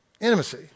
intimacy